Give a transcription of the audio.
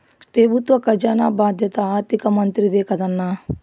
పెబుత్వ కజానా బాధ్యత ఆర్థిక మంత్రిదే కదన్నా